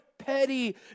petty